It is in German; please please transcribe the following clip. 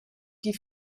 die